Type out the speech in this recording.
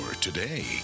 today